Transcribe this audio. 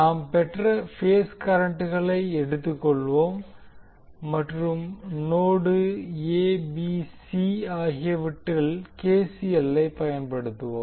நாம் பெற்ற பேஸ் கரண்ட்களை எடுத்துக்கொள்வோம் மற்றும் நோடு எ பி சி ABCஆகியவற்றில் கேசிஎல் ஐ பயன்படுத்துவோம்